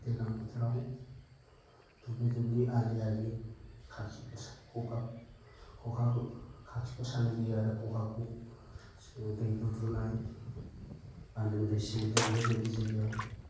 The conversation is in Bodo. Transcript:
दैलां बोथोराव दुब्लि दुब्लि आलि आलि खाखिफोर सा खखा खखाखौ खाखिफोर सानाय जायो आरो खखाखौ जोङो दै दुद्रुनाय बान्दोनिफ्राय सिरिनाय बेफोरबायदि जायगायाव